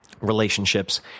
relationships